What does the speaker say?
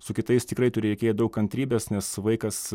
su kitais tikrai turi reikėjo daug kantrybės nes vaikas